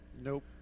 Nope